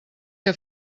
que